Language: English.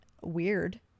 weird